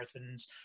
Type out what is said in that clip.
marathons